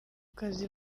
kazi